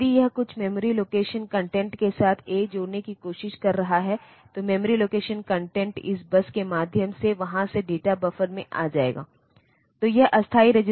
लेकिन आप एक ही कॉम्पइलेड कोड को एक मशीन से दूसरी मशीन तक नहीं ले जा सकते हैं जब तक कि दोनों सिस्टम में एन्वॉयरमेंट दोनों कंप्यूटरों में एक समान नहीं होता है विशेष रूप से प्रोसेसर जो बिल्कुल समान हो